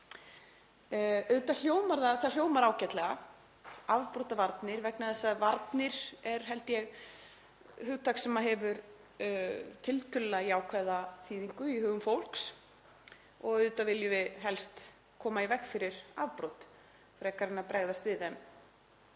Það hljómar ágætlega, afbrotavarnir, vegna þess að varnir eru, held ég, hugtak sem hefur tiltölulega jákvæða þýðingu í hugum fólks og auðvitað viljum við helst koma í veg fyrir afbrot frekar en að bregðast við þeim